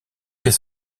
fait